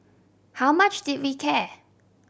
how much did we care